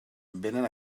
vénen